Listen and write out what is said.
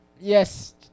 yes